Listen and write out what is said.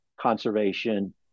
conservation